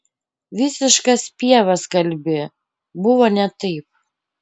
visiškas pievas kalbi buvo ne taip